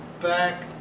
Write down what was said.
back